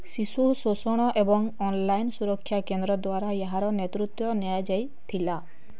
ଶିଶୁ ଶୋଷଣ ଏବଂ ଅନଲାଇନ୍ ସୁରକ୍ଷା କେନ୍ଦ୍ର ଦ୍ଵାରା ଏହାର ନେତୃତ୍ୱ ନିଆଯାଇଥିଲା